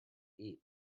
eat